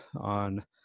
on